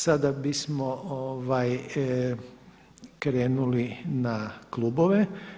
Sada bismo krenuli na klubove.